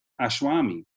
Ashwami